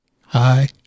Hi